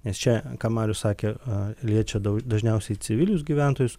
nes čia ką marius sakė a liečia daug dažniausiai civilius gyventojus